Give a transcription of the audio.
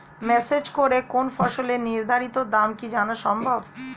Message করে কোন ফসলের নির্ধারিত দাম কি জানা সম্ভব?